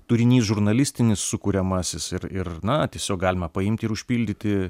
turinys žurnalistinis sukuriamasis ir ir na tiesiog galima paimti ir užpildyti